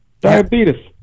diabetes